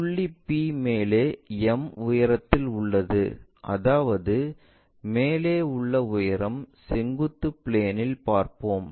புள்ளி P மேலே m உயரத்தில் உள்ளது அதாவது மேலே உள்ள உயரம் செங்குத்து பிளேன்இல் பார்ப்போம்